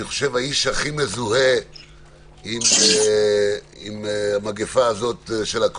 אני חושב שהאיש הכי מזוהה עם המגפה של הקורונה.